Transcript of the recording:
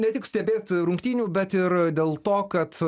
ne tik stebėt rungtynių bet ir dėl to kad